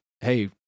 hey